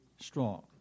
strong